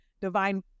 divine